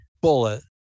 bullet